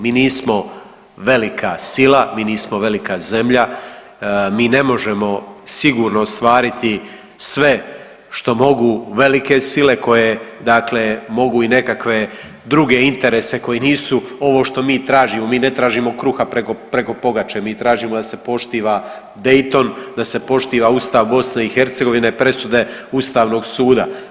Mi nismo velika sila, mi nismo velika zemlja, mi ne možemo sigurno ostvariti sve što mogu velike sile koje dakle mogu i nekakve druge interese koji nisu ovo što mi tražimo, mi ne tražimo kruha preko pogače, mi tražimo da se poštiva Dayton, da se poštuje Ustav BiH, presude Ustavnog suda.